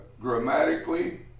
grammatically